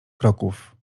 kroków